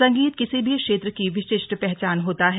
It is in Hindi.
संगीत किसी भी क्षेत्र की विशिष्ट पहचान होता है